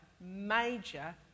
major